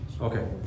Okay